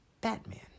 Batman